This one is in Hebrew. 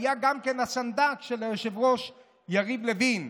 שהיה גם הסנדק של היושב-ראש יריב לוין,